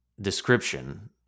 description